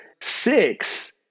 six